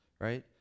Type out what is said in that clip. right